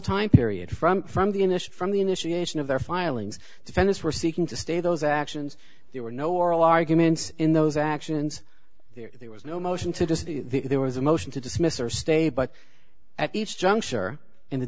time period from from the initial from the initiation of their filings defendants were seeking to stay those actions there were no oral arguments in those actions there was no motion to dismiss there was a motion to dismiss or stay but at each juncture in the